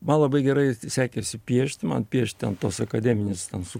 man labai gerai sekėsi piešti man piešti ant tos akademinės ten su